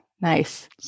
nice